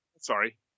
Sorry